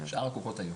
שאר הקופות היו.